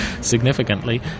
significantly